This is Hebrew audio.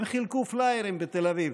הם חילקו פליירים בתל אביב.